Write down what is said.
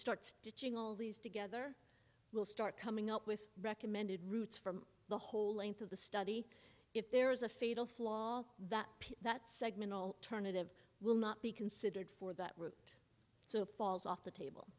start stitching all these together will start coming up with recommended routes for the whole length of the study if there is a fatal flaw that that segment alternative will not be considered for that route so falls off the table